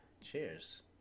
Cheers